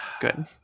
good